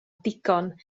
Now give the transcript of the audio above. digon